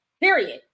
period